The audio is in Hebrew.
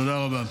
תודה רבה.